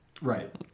Right